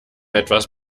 etwas